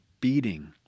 beating